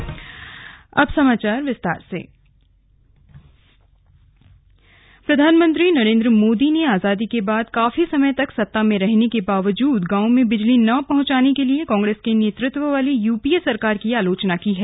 बातचीत प्रधानमंत्री नरेन्द्र मोदी ने आजादी के बाद काफी समय तक सत्ता में रहने के बावजूद गांवों में बिजली न पहुंचाने के लिए कांग्रेस के नेतृत्व वाली यू पी ए सरकार की आलोचना की है